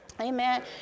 Amen